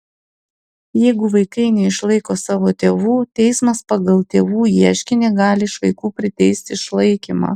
jeigu vaikai neišlaiko savo tėvų teismas pagal tėvų ieškinį gali iš vaikų priteisti išlaikymą